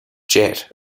jet